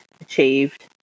achieved –